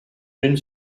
une